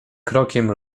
krokiem